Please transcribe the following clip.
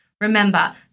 remember